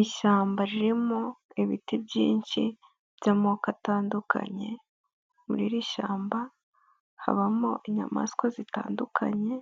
Ishyamba ririmo ibiti byinshi by'amoko atandukanye muri iri shyamba habamo inyamaswa zitandukanye,